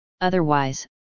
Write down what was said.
otherwise